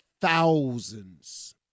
thousands